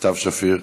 סתיו שפיר,